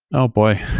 oh, boy.